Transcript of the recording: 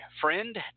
friend